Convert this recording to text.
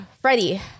Freddie